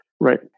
Right